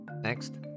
Next